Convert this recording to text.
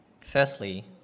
Firstly